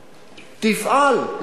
תפעל.